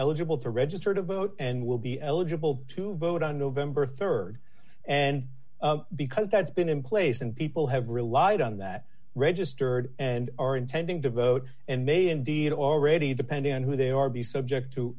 eligible to register to vote and will be eligible to vote on november rd and because that's been in place and people have relied on that registered and are intending to vote and may indeed already depending on who they are be subject to